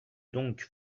donc